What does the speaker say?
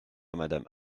madame